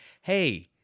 Hey